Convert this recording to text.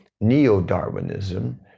neo-darwinism